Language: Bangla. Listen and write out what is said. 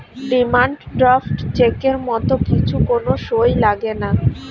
ডিমান্ড ড্রাফট চেকের মত কিছু কোন সই লাগেনা